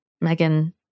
Megan